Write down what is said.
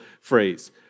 phrase